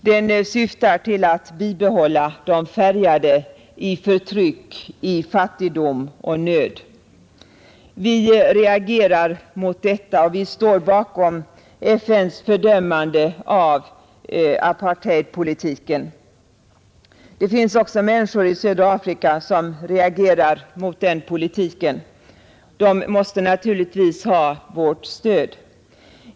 Den syftar till att bibehålla de färgade i förtryck, fattigdom och nöd. Vi reagerar mot detta, och vi står bakom FN:s fördömande av apartheidpolitiken. Det finns också människor i södra Afrika som reagerar mot den politiken. De måste naturligtvis ha vårt stöd.